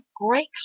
great